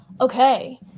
Okay